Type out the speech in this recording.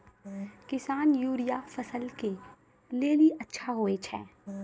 किसान यूरिया फसल के लेली अच्छा होय छै?